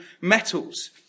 metals